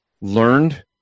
learned